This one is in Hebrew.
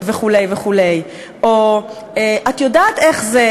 וכו'" או "את יודעת איך זה,